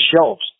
shelves